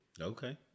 Okay